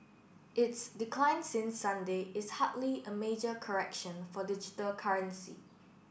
its decline since Sunday is hardly a major correction for digital currency